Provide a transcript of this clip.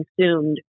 consumed